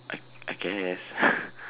I I guess